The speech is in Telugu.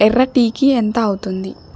ఎర్ర టీకి ఎంత అవుతుంది